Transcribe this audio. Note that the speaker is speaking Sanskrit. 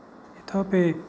इतोपि